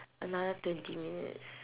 another twenty minutes